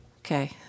Okay